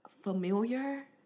familiar